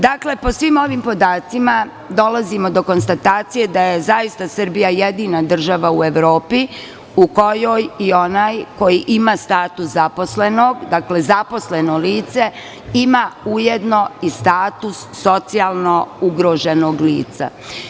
Dakle, po svim ovim podacima dolazimo do konstatacije da je zaista Srbija jedina država u Evropi u kojoj i onaj koji ima status zaposlenog, dakle, zaposleno lice, ima ujedno i status socijalno ugroženog lica.